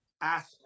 ask